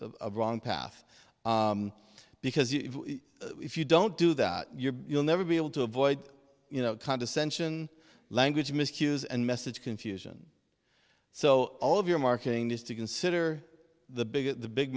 the wrong path because if you don't do that you're you'll never be able to avoid you know condescension language misuse and message confusion so all of your marketing is to consider the bigger the big